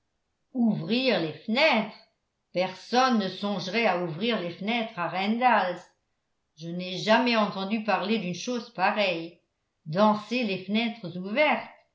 ouvrir les fenêtres personne ne songerait à ouvrir les fenêtres à randalls je n'ai jamais entendu parler d'une chose pareille danser les fenêtres ouvertes